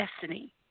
destiny